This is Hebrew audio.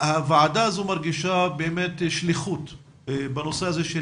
שהוועדה הזו מרגישה באמת שליחות בנושא הזה של